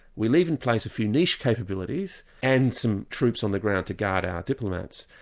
we leave in place a few niche capabilities, and some troops on the ground to guard our diplomats.